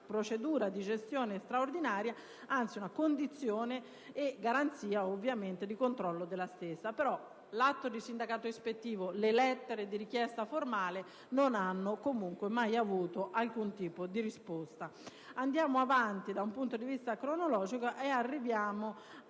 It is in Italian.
procedura di gestione straordinaria: anzi, una condizione e una garanzia, ovviamente, di controllo della stessa. L'atto di sindacato ispettivo e le lettere di richiesta formale non hanno però mai avuto alcun tipo di risposta. Andiamo avanti da un punto di vista cronologico ed arriviamo al